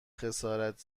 خسارت